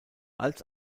als